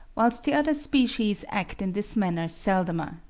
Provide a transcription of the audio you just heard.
whilst the other species act in this manner seldomer.